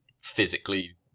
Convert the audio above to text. physically